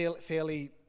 fairly